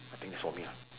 nothing is for me ah